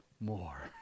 more